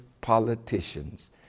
politicians